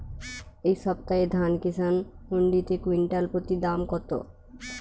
এই সপ্তাহে ধান কিষান মন্ডিতে কুইন্টাল প্রতি দাম কত?